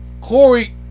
Corey